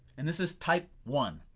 and this is type one,